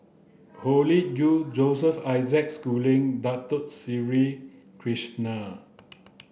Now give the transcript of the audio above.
Hoey Choo Joseph Isaac Schooling Dato Sri Krishna